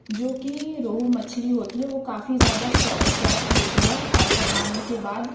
जो कि रोहू मछली होती है वह काफ़ी ज़्यादा सॉफ्ट होती है आ पकाने के बाद